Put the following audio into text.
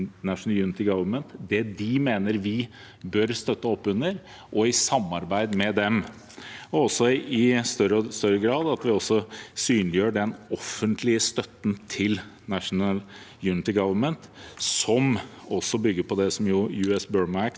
det de mener vi bør støtte opp under, og i samarbeid med dem. Vi bør også i større og større grad synliggjøre den offentlige støtten til National Unity Government, som også bygger på US Burma Act,